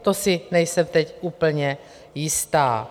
To si nejsem teď úplně jistá.